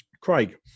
Craig